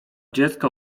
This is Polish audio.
dziecka